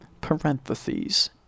Parentheses